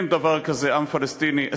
אין דבר כזה עם פלסטיני,